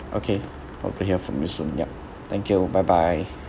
okay hope to hear from you soon yup thank you bye bye